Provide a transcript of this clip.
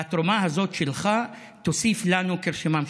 והתרומה הזאת שלך תוסיף לנו כרשימה משותפת.